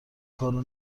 کارو